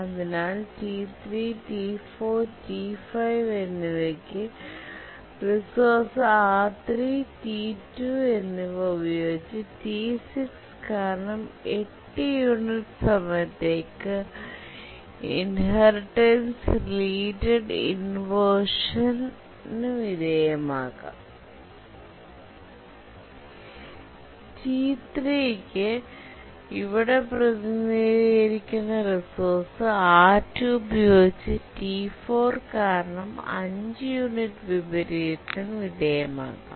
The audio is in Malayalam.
അതിനാൽ T3T4T5 എന്നിവയ്ക്ക് റിസോഴ്സ് R3T2 എന്നിവ ഉപയോഗിച്ച് T6 കാരണം 8 യൂണിറ്റ് സമയത്തേക്ക് ഇൻഹെറിറ്റൻസ് റിലേറ്റഡ് ഇൻവെർഷൻ നു വിധേയമാകാംT3 നു ഇവിടെ പ്രതിനിധീകരിക്കുന്ന റിസോഴ്സ് R2 ഉപയോഗിച്ച് T4 കാരണം 5 യൂണിറ്റ് വിപരീതത്തിന് വിധേയമാക്കാം